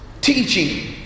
teaching